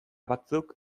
batzuk